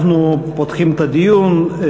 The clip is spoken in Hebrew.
אנחנו פותחים את הדיון.